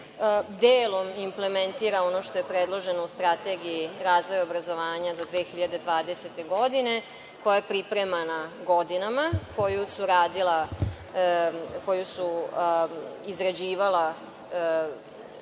delom implementira u ono što je predloženo u Strategiji razvoja obrazovanja do 2020. godine, koja je pripremana godinama, koju su izrađivala